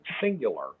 singular